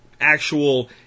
actual